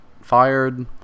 fired